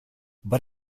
but